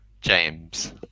James